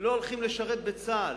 לא הולכים לשרת בצה"ל,